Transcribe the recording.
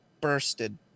bursted